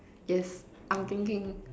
yes I'm thinking